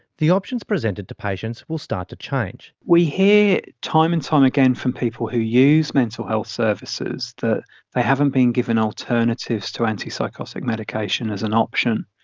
the options presented to patients will start to change. we hear time and time again from people who use mental health services that they haven't been given alternatives to antipsychotic medication as an option.